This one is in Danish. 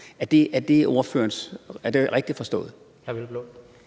13:22 Peder Hvelplund (EL):